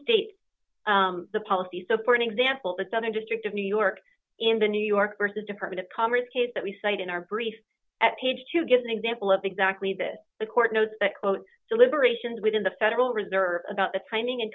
state the policy so for example the southern district of new york in the new york versus department of commerce case that we cite in our brief at page to give an example of exactly that the court knows that quote deliberations within the federal reserve about the timing and